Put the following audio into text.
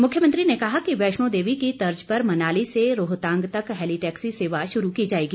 मुख्यमंत्री ने कहा कि वैष्णो देवी की तर्ज पर मनाली से रोहतांग तक हैली टैक्सी सेवा शुरू की जाएगी